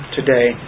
today